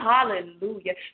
Hallelujah